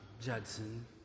Judson